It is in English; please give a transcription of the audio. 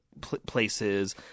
places